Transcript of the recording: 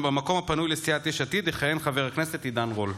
במקום הפנוי לסיעת יש עתיד יכהן חבר הכנסת עידן רול.